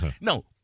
No